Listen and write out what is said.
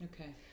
Okay